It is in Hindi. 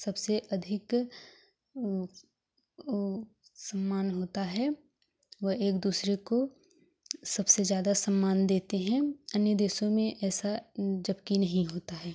सबसे अधिक वो सम्मान होता है व एक दूसरे को सबसे ज्यादा सम्मान देते हें अन्य देशों में ऐसा जबकि नहीं होता है